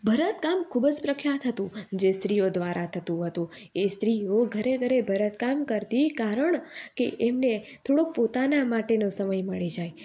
ભરતકામ ખૂબ જ પ્રખ્યાત હતું જે સ્ત્રીઓ દ્વારા થતું હતું એ સ્ત્રીઓ ઘરે ઘરે ભરતકામ કરતી કારણ કે એમને થોડોક પોતાના માટે તેનો સમય મળી જાય